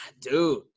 Dude